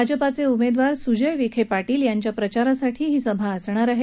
भाजपाचे सुजय विखे पाटील यांच्या प्रचारासाठी ही सभा होणार आहे